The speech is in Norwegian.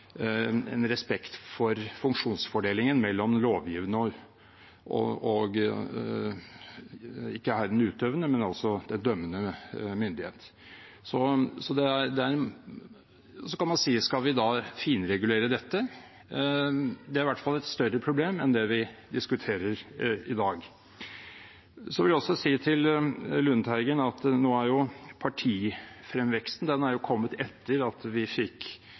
respekt for funksjonsfordelingen mellom den lovgivende og her den dømmende myndighet, ikke den utøvende. Så kan man si: Skal vi da finregulere dette? Det er i hvert fall et større problem enn det vi diskuterer i dag. Til Lundteigen vil jeg også si at partifremveksten er kommet etter at vi fikk forandringsbestemmelsen i Grunnloven; Grunnloven er mye eldre enn selve partisystemet. Hvis vi